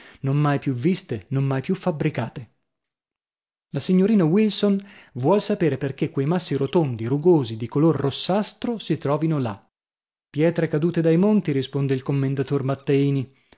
non mai più viste non mai più fabbricate la signorina wilson vuol sapere perchè quei massi rotondi rugosi di color rossastro si trovino là pietre cadute dai monti risponde il commendator matteini